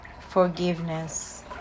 forgiveness